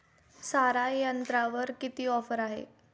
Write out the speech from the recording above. सारा यंत्रावर किती ऑफर आहे?